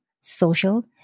social